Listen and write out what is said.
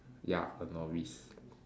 ya a novice